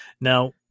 Now